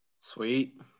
Sweet